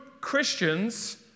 Christians